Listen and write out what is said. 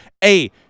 Hey